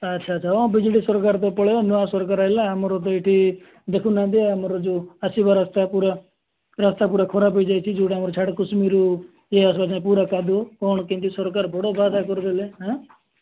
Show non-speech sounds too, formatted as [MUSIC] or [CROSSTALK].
ଆଚ୍ଛା ଆଚ୍ଛା ହଁ ବିଜେଡ଼ି ସରକାର ତ ପଳେଇବ ନୂଆ ସରକାର ଆଇଲା ଆମର ତ ଏଠି ଦେଖୁ ନାହାନ୍ତି ଆମର ଯୋଉ ଆସିବା ରାସ୍ତା ପୁରା ରାସ୍ତା ପୁରା ଖରାପ ହୋଇଯାଇଛି ଯୋଉଟା ଆମର ଝାଡ଼ାକୁସୁମିରୁ [UNINTELLIGIBLE] ପୁରା କାଦୁଅ କ'ଣ କେମିତି ସରକାର ବଡ଼ ବାଦା କରିଦେଲେ ଏଁ